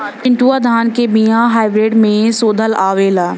चिन्टूवा धान क बिया हाइब्रिड में शोधल आवेला?